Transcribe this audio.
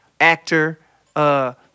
actor